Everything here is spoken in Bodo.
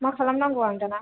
मा खालामनांगौ आं दाना